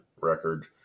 record